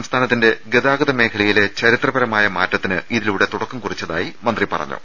സംസ്ഥാനത്തിന്റെ ഗതാഗത മേഖലയിലെ ചരിത്രപരമായ മാറ്റത്തിന് ഇതിലൂടെ തുടക്കം കുറിച്ചതായി മന്ത്രി പറഞ്ഞു